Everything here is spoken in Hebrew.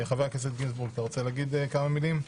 חבר הכנסת גינזבורג, אתה רוצה להגיד כמה מילים?